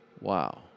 Wow